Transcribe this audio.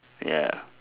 ya